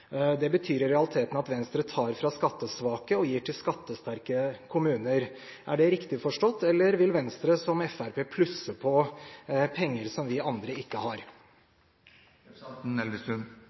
Det betyr i realiteten at Venstre tar fra skattesvake kommuner og gir til skattesterke. Er det riktig forstått? Eller vil Venstre, som Fremskrittspartiet, plusse på penger som vi andre ikke